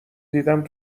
دیدم